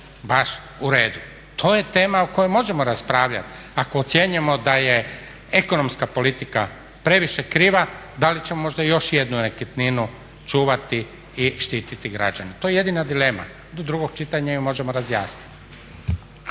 baš u redu. To je tema o kojoj možemo raspravljat ako ocjenjujemo da je ekonomska politika previše kriva, da li ćemo možda još jednu nekretninu čuvati i štititi građane. To je jedina dilema. Do drugog čitanja ju možemo razjasniti.